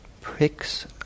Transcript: pricks